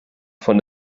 von